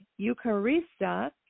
eucharista